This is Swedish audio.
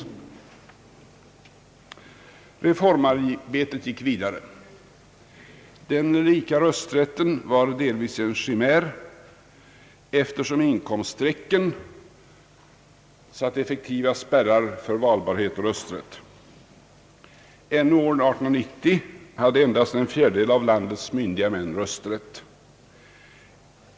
Reformarbetet gick vidare. Den lika rösträtten var delvis en chimär eftersom inkomststrecken satte effektiva spärrar för valbarhet och rösträtt. ännu år 1890 hade endast en fjärdedel av landets myndiga män rösträtt.